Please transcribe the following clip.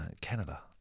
Canada